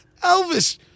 Elvis